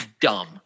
dumb